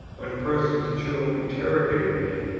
when persons too interrogate me,